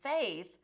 faith